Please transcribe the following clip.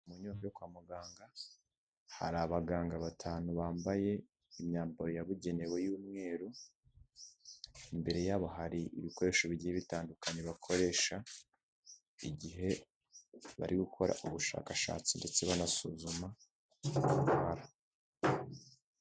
Mu nyubako yo kwa muganga hari abaganga batanu bambaye imyambaro yabugenewe y'umweru, imbere yabo hari ibikoresho bigiye bitandukanye bakoresha igihe bari gukora ubushakashatsi ndetse banasuzuma indwara.